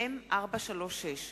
מ/436.